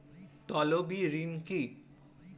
তলবি ঋণ কি?